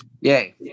Yay